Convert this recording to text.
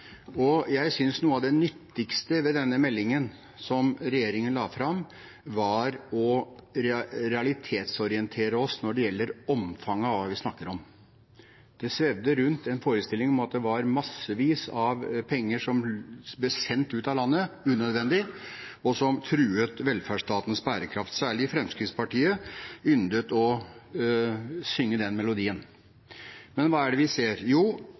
lenge. Jeg synes noe av det nyttigste ved den meldingen som regjeringen la fram, var å realitetsorientere oss når det gjelder omfanget av hva vi snakker om. Det svevde rundt en forestilling om at det var massevis av penger som ble sendt ut av landet unødvendig, og som truet velferdsstatens bærekraft. Særlig Fremskrittspartiet yndet å synge den melodien. Men hva er det vi ser? Jo,